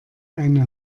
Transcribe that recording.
eine